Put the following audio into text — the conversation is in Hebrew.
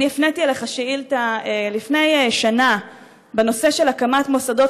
אני הפניתי אליך שאילתה לפני שנה בנושא של הקמת מוסדות